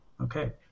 okay